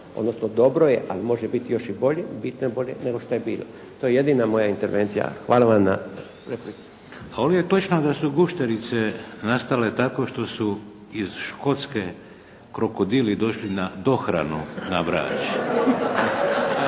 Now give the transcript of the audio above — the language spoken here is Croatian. odnosno dobro je ali može biti još i bolje i treba biti nego što je bilo. To je jedina moja intervencija. Hvala vam. **Šeks, Vladimir (HDZ)** A je li točno da su gušterice nastale tako što su iz Škotske korokodili došli na dohranu na Brač?